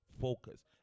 Focus